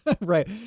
right